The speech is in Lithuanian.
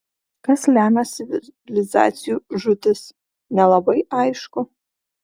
kas lemia civilizacijų žūtis nelabai aišku